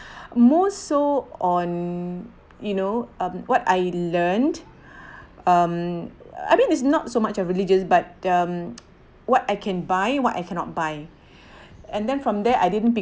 more so on you know mm what I learned um I mean is not so much of religious but um what I can buy what I cannot buy and then from there I didn't pick